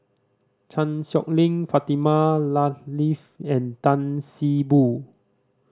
Chan Sow Lin Fatimah Lateef and Tan See Boo